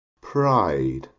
pride